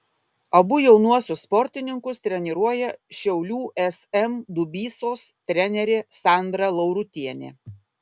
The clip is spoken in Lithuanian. abu jaunuosius sportininkus treniruoja šiaulių sm dubysos trenerė sandra laurutienė